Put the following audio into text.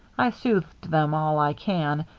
i soothed them all i can,